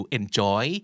enjoy